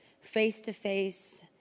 face-to-face